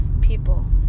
people